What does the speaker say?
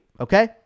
Okay